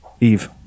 Eve